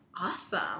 awesome